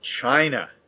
China